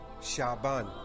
shaban